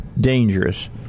dangerous